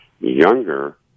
younger